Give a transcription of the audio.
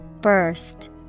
Burst